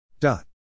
Dot